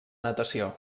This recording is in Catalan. natació